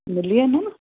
मिली वेंदो न